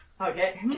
Okay